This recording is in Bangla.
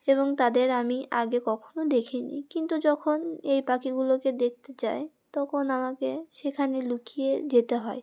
এবং তাদের আমি আগে কখনও দেখি নি কিন্তু যখন এই পাখিগুলোকে দেখতে চাই তখন আমাকে সেখানে লুকিয়ে যেতে হয়